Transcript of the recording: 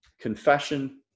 Confession